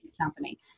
company